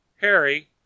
Harry